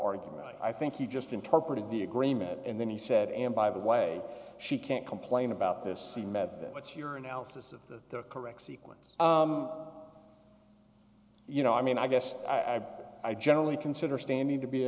argument i think he just interpreted the agreement and then he said and by the way she can't complain about this scene method what's your analysis of the correct sequence you know i mean i guess i've i generally consider standing to be